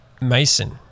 Mason